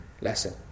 lesson